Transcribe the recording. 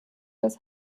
das